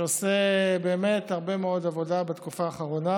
שעושה באמת הרבה מאוד עבודה בתקופה האחרונה.